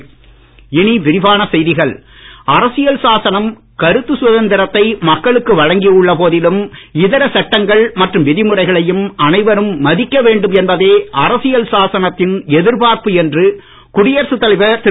ராம்நாத் அரசியல் சாசனம் கருத்து சுதந்திரத்தை மக்களுக்கு வழங்கி உள்ள போதிலும் இதர சட்டங்கள் மற்றும் விதிமுறைகளையும் அனைவரும் மதிக்க வேண்டும் என்பதே அரசியல் சாசனத்தின் எதிர்பார்ப்பு என்று குடியரசுத் தலைவர் திரு